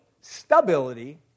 stability